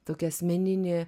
tokį asmeninį